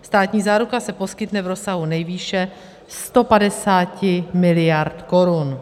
Státní záruka se poskytne v rozsahu nejvýše 150 miliard korun.